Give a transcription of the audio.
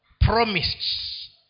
Promised